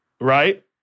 right